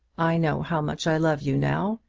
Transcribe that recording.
i know how much i love you now,